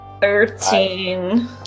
Thirteen